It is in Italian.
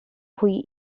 cui